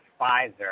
Pfizer